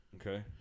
Okay